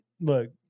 look –